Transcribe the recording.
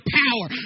power